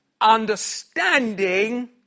understanding